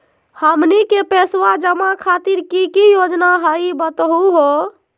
हमनी के पैसवा जमा खातीर की की योजना हई बतहु हो?